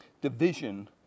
division